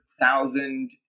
thousand